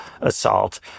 assault